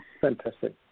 Fantastic